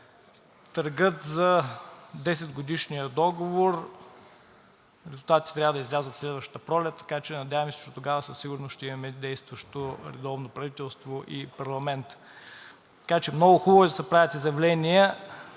Търгът за 10-годишния договор – резултати трябва да излязат следващата пролет, така че надяваме се, че дотогава със сигурност ще имаме действащо редовно правителство и парламент. Много хубаво е да се правят изявления,